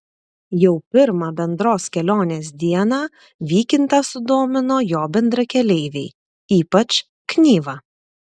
jau pirmą bendros kelionės dieną vykintą sudomino jo bendrakeleiviai ypač knyva